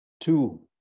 two